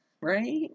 right